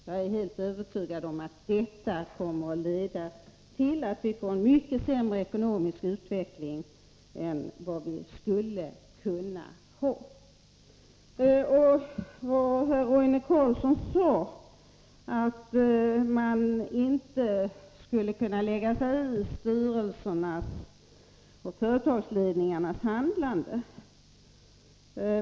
Jag är helt övertygad om att det kommer att leda till att vi får en mycket sämre ekonomisk utveckling än vad vi skulle kunna ha. Herr Roine Carlsson sade att han inte kunde lägga sig i styrelsernas och företagsledningarnas handlande.